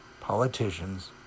politicians